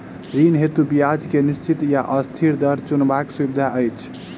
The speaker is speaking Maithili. ऋण हेतु ब्याज केँ निश्चित वा अस्थिर दर चुनबाक सुविधा अछि